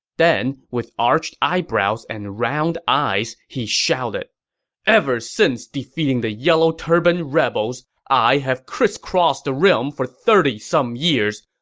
then, with arched eyebrows and round eyes, he shouted ever since defeating the yellow turban rebels, i have crisscrossed the realm for thirty some years,